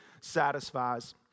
satisfies